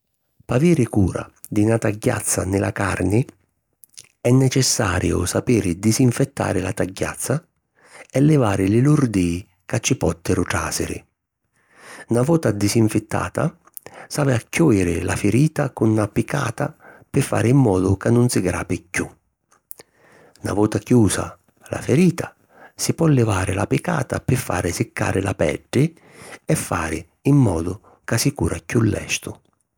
P'aviri cura di na tagghiazza nni la carni è necessariu sapiri disinfittari la tagghiazza e livari li lurdìi ca ci pòttiru tràsiri. Na vota disinfittata, s’havi a chiùjiri la firita cu na picata pi fari in modu ca nun si grapi chiù. Na vota chiusa la firita, si po livari la picata pi fari siccari la peddi e fari in modu ca si cura chiù lestu.